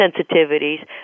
sensitivities